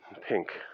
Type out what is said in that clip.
pink